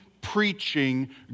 preaching